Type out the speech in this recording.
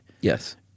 Yes